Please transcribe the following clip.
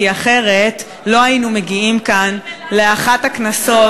כי אחרת לא היינו מגיעים כאן לאחת הכנסות